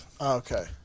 Okay